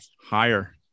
Higher